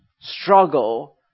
struggle